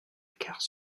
gare